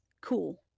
cool